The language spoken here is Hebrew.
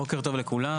בוקר טוב לכולם.